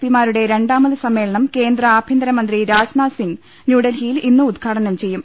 P മാരുടെ രണ്ടാമത് സമ്മേളനം കേന്ദ്ര ആഭ്യന്തരമന്ത്രി രാജ്നാഥ് സിങ് ന്യൂഡൽഹിയിൽ ഇന്ന് ഉദ്ഘാടനം ചെയ്യും